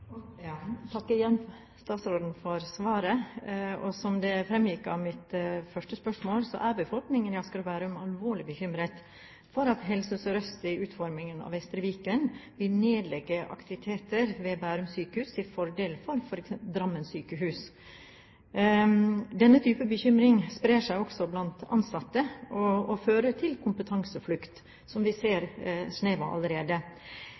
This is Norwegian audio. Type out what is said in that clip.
fremgikk av mitt første spørsmål, er befolkningen i Asker og Bærum alvorlig bekymret for at Helse Sør-Øst i utformingen av Vestre Viken vil nedlegge aktiviteter ved Bærum sykehus til fordel for Drammen sykehus. Denne type bekymring sprer seg også blant ansatte og fører til kompetanseflukt, som vi ser snev av allerede.